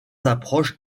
approches